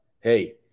hey